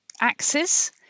axes